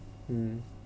mm